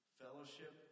fellowship